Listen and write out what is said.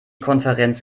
konferenz